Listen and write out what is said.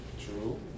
True